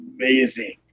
Amazing